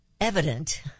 evident